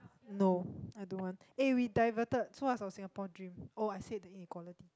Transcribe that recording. no I don't want eh we diverted so what's our Singapore dream oh I said the equality